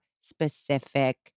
specific